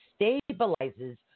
stabilizes